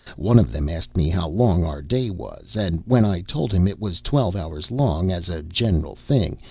one of them asked me how long our day was and when i told him it was twelve hours long, as a general thing,